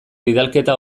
bidalketa